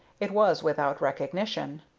it was without recognition.